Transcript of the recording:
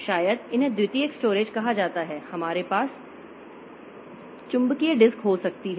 तो शायद इन्हें द्वितीयक स्टोरेज कहा जाता है इसलिए हमारे पास चुंबकीय डिस्क हो सकती है